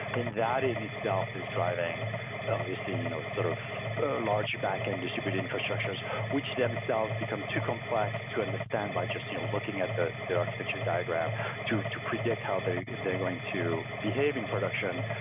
and that in itself is driving obviously you know sort of large backend distributed infrastructures which themselves become too complex to understand by just you know looking at the architecture diagram to to predict how they're they're going to behave in production,